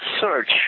search